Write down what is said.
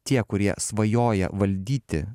tie kurie svajoja valdyti